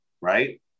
right